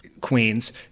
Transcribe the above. queens